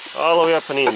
all the way up i mean